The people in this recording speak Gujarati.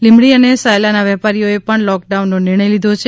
લીંબડી અને સાયલા ના વેપારીઓ એ પણ લોક ડાઉન નો નિર્ણય લીધો છે